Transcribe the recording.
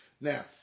Now